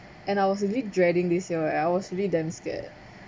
and I was really dreading this year I was really damn scared